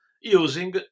using